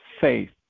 faith